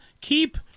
keep